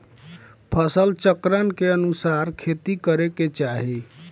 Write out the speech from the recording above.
फसल चक्र के अनुसार खेती करे के चाही